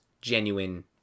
genuine